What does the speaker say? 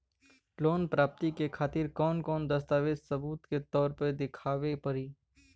Loan प्राप्ति के खातिर कौन कौन दस्तावेज सबूत के तौर पर देखावे परी?